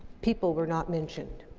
people were not mentioned.